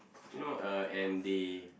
you know uh and they